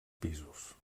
pisos